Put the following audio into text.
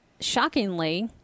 shockingly